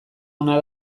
ona